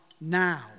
now